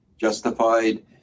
justified